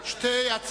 אני רושם שחברת